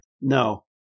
No